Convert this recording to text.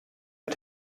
hat